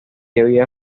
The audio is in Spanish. había